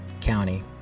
county